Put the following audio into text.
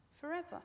forever